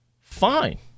fine